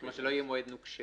כלומר, שלא יהיה מועד נוקשה.